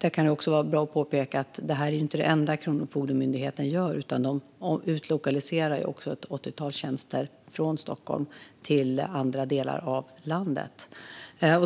Det kan också vara bra att påpeka att det här inte är det enda Kronofogdemyndigheten gör; de utlokaliserar också ett åttiotal tjänster från Stockholm till andra delar av landet.